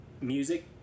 Music